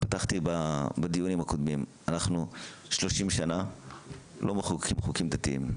פתחתי בדיונים הקודמים: אנחנו 30 שנה לא מחוקקים חוקים דתיים.